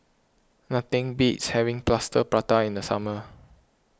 nothing beats having Plaster Prata in the summer